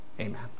Amen